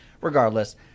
Regardless